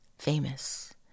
famous